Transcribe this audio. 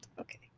Okay